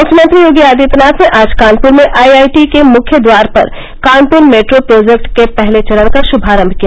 मुख्यमंत्री योगी आदित्यनाथ ने आज कानपुर में आई आई टी के मुख्य द्वार पर कानपुर मेट्रो प्रोजेक्ट के पहले चरण का शुभारम्भ किया